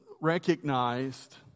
recognized